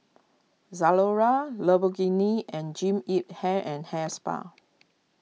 Zalora Lamborghini and Jean Yip Hair and Hair Spa